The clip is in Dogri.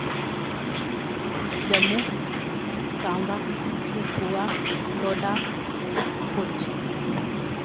जम्मू सांबा कठुआ डोडा पुंछ